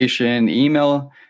email